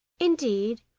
indeed,